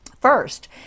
First